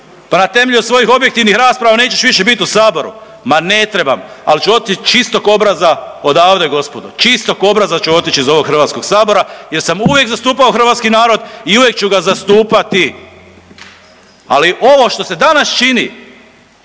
pa na temelj svojih objektivnih rasprava nećeš više bit u saboru. Ma ne trebam, ali ću otići čistog obraza odavde gospodo, čistog obraza ću otići iz ovog Hrvatskog sabora jer sam uvijek zastupao hrvatski narod i uvijek ću ga zastupati. Ali ovo što se danas čini